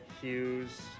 Hughes